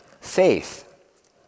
faith